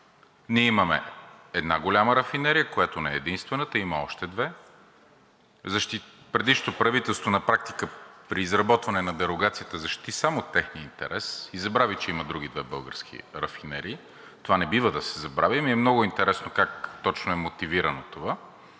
Ние имаме една голяма рафинерия, която не е единствената – има още две. Предишното правителство на практика при изработването на дерогацията защити само техния интерес и забрави, че има две други български рафинерии. Това не бива да се забравя и ми е много интересно как точно е мотивирано това?!